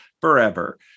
forever